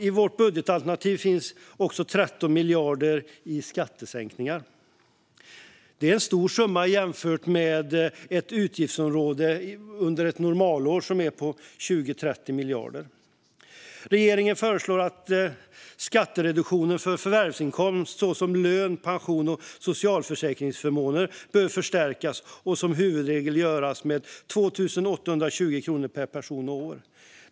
I vårt budgetalternativ finns också 13 miljarder i skattesänkningar. Det är en stor summa jämfört med utgiftsutrymmet under ett normalår, som är på 20-30 miljarder. Regeringen föreslår att skattereduktionen för förvärvsinkomst såsom lön, pension och socialförsäkringsförmåner förstärks och som huvudregel görs med 2 820 kronor per person och år.